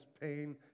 pain